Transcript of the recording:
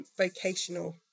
Vocational